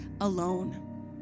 alone